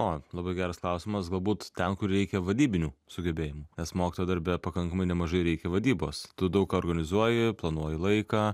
o labai geras klausimas galbūt ten kur reikia vadybinių sugebėjimų nes mokytojo darbe pakankamai nemažai reikia vadybos tu daug ką organizuoji planuoji laiką